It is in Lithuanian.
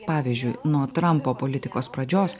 pavyzdžiui nuo trampo politikos pradžios